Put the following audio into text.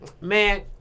Man